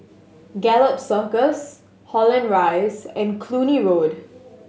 Gallop Circus Holland Rise and Cluny Road